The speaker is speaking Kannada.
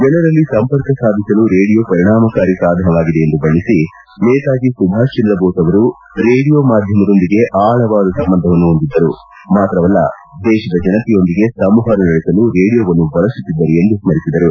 ಜನರಲ್ಲಿ ಸಂಪರ್ಕ ಸಾಧಿಸಲು ರೇಡಿಯೋ ಪರಿಣಾಮಕಾರಿ ಸಾಧನವಾಗಿದೆ ಎಂದು ಬಣ್ಣಿಸಿ ನೇತಾಜಿ ಸುಭಾಷ್ಚಂದ್ರ ಬೋಸ್ ಅವರು ರೇಡಿಯೋ ಮಾಧ್ಯಮದೊಂದಿಗೆ ಆಳವಾದ ಸಂಬಂಧವನ್ನು ಹೊಂದಿದ್ದರು ಮಾತ್ರವಲ್ಲ ದೇಶದ ಜನರೊಂದಿಗೆ ಸಂವಹನ ನಡೆಸಲು ರೇಡಿಯೋವನ್ನು ಬಳಸುತ್ತಿದ್ದರು ಎಂದು ಸ್ಥರಿಸಿದರು